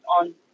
on